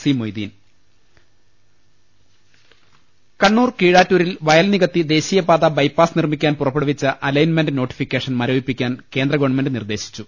C Moideen രുട്ട്ട്ട്ട്ട്ട്ട്ട്ട കണ്ണൂർ കീഴാറ്റൂരിൽ വയൽ നികത്തി ദേശീയപാത ബൈപാസ് നിർമ്മി ക്കാൻ പുറപ്പെടുവിച്ച അലൈൻമെന്റ് നോട്ടിഫിക്കേഷൻ മരവിപ്പിക്കാൻ കേന്ദ്രഗവൺമെന്റ് നിർദ്ദേശിച്ചു